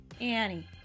Annie